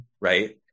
right